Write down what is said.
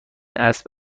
اسب